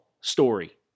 story